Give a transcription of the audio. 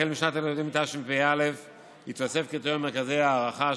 החל משנת הלימודים תשפ"א התווסף קריטריון מרכזי ההערכה,